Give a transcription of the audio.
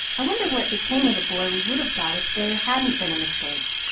i wonder what became of the boy we would have got if there hadn't been a mistake.